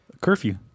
Curfew